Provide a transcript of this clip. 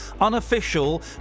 unofficial